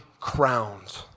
crowned